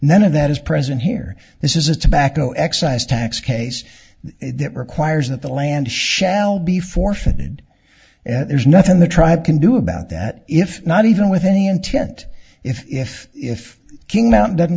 none of that is present here this is a tobacco excise tax case that requires that the land shall be forfeited and there's nothing the tribe can do about that if not even with any intent if if king mountain doesn't